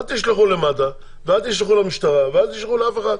אל תשלחו למד"א ואל תשלחו למשטרה ואל תשלחו לאף אחד.